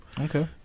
Okay